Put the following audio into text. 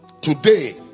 Today